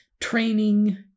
training